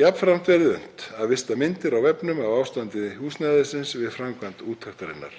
Jafnframt verði unnt að vista myndir á vefnum af ástandi húsnæðisins við framkvæmd úttektarinnar.